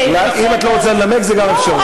אם את לא רוצה לנמק זה גם אפשרי.